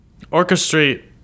orchestrate